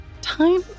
time